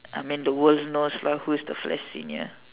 I mean the worlds knows lah who's the flash senior